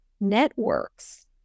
networks